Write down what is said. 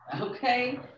okay